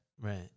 right